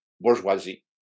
bourgeoisie